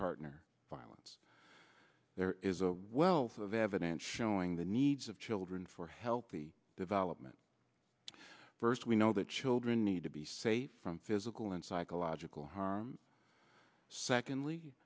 partner violence there is a wealth of evidence showing the needs of children for healthy development first we know that children need to be safe from physical and psychological harm secondly